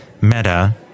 Meta